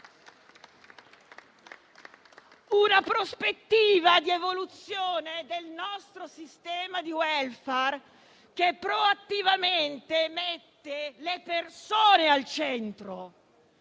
una prospettiva di evoluzione del nostro sistema di *welfare*, che proattivamente metta le persone al centro,